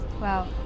Wow